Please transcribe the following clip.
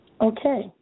Okay